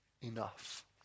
enough